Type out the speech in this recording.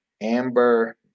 Amber